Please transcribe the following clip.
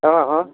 हाँ हाँ